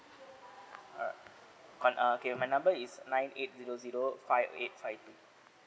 oh con uh okay my number is nine eight zero zero five eight five two